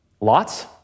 Lot's